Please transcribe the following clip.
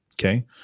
Okay